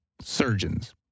surgeons